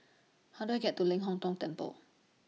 How Do I get to Ling Hong Tong Temple